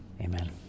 Amen